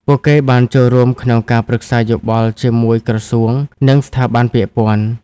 ពួកគេបានចូលរួមក្នុងការប្រឹក្សាយោបល់ជាមួយក្រសួង និងស្ថាប័នពាក់ព័ន្ធ។